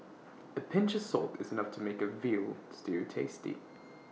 A pinch of salt is enough to make A Veal Stew tasty